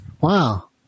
Wow